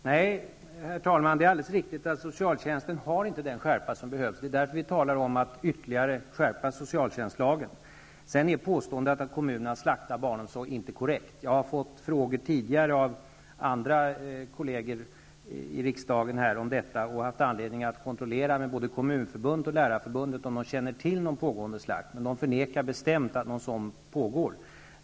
Herr talman! Nej, det är alldeles riktigt att socialtjänstlagen inte har den skärpa som behövs, och det är därför som vi talar om att ytterligare skärpa socialtjänstlagen. Påståendet att kommunerna slaktar barnomsorg är inte korrekt. Jag har fått frågor tidigare av andra kolleger i riksdagen om detta, vilket gett mig anledning att kontrollera saken hos både Kommunförbundet och Lärarförbundet. De förnekar bestämt att någon sådan slakt pågår.